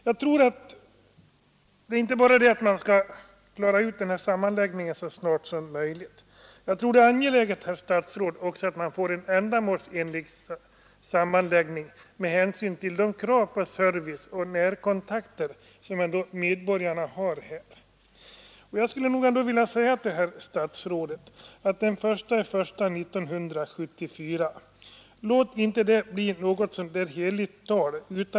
Man skall inte bara klara sammanläggningen så snart som möjligt — jag tror att det också är angeläget att man får en ändamålsenlig sammanläggning med hänsyn till de krav på service och närkontakter som medborgarna har. Låt inte, herr statsråd, den 1 januari 1974 bli ett heligt datum!